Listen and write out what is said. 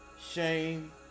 shame